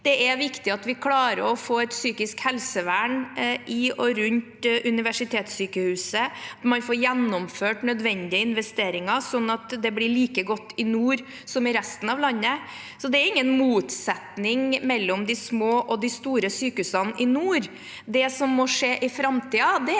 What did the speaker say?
Det er viktig at vi klarer å få et psykisk helsevern i og rundt Universitetssykehuset, at man får gjennomført nødvendige investeringer, sånn at det blir like godt i nord som i resten av landet. Så det er ingen motsetning mellom de små og de store sykehusene i nord. Det som må skje i framtiden,